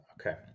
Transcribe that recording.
Okay